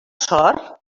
sort